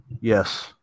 Yes